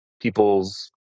people's